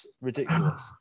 Ridiculous